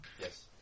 yes